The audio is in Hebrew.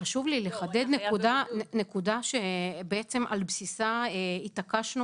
חשוב לי לחדד נקודה שבעצם על בסיסה התעקשנו